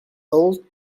old